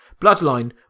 Bloodline